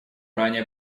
ранее